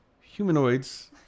humanoids